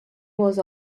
was